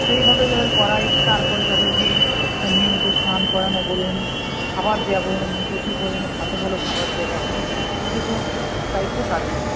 এইভাবে এইভাবে করাই তারপরে তাদেরকে নিয়মিত স্নান করানো বলুন খাবার দেওয়া বলুন প্রচুর পরিমাণে ভালো ভালো খাবার দেওয়া হয় তো এইসব দায়িত্ব তাদেরই